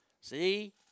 See